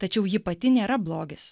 tačiau ji pati nėra blogis